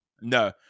no